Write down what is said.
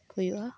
ᱦᱩᱭᱩᱜᱼᱟ